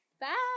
bye